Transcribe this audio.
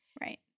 Right